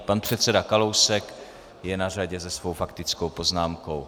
Pan předseda Kalousek je na řadě se svou faktickou poznámkou.